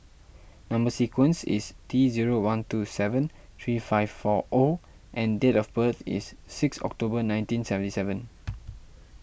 Number Sequence is T zero one two seven three five four O and date of birth is six October nineteen seventy seven